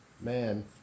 Man